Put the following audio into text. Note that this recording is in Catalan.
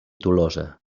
tolosa